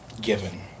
given